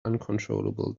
uncontrollable